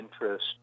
interest